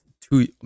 two